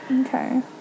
okay